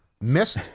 Missed